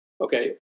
Okay